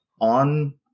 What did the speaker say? on